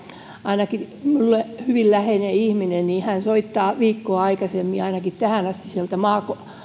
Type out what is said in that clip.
minulle hyvin läheinen ihminen soittaa viikkoa aikaisemmin ja ainakin tähän asti sieltä